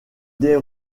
des